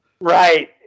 Right